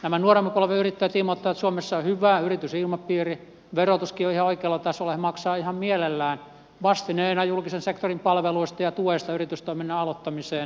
nämä nuoremman polven yrittäjät ilmoittavat että suomessa on hyvä yritysilmapiiri verotuskin on ihan oikealla tasolla he maksavat ihan mielellään veronsa vastineena julkisen sektorin palveluista ja tuesta yritystoiminnan aloittamiseen